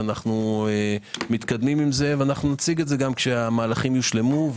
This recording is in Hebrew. אנו מתקדמים עם זה ונציג את זה כשהמהלכים יושלמו.